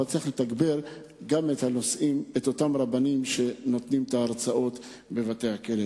אבל צריך לתגבר גם את אותם רבנים שנותנים את ההרצאות בבתי-הכלא.